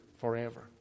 forever